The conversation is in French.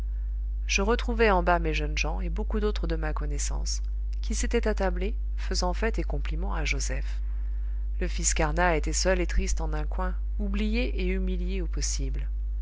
je retrouvai en bas mes jeunes gens et beaucoup d'autres de ma connaissance qui s'étaient attablés faisant fête et compliment à joseph le fils carnat était seul et triste en un coin oublié et humilié au possible